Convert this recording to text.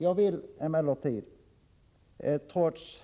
Jag vill emellertid — trots